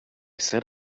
said